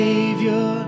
Savior